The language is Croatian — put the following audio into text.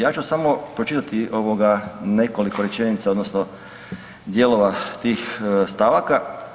Ja ću samo pročitati ovoga, nekoliko rečenica, odnosno dijelova tih stavaka.